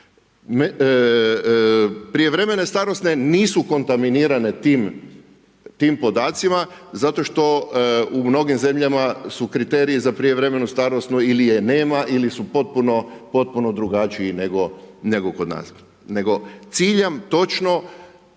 Prijevremene starosne nisu kontaminirane tim podacima zato što u mnogim zemljama su kriteriji za prijevremenu starosnu ili je nema ili su potpuno drugačiji nego kod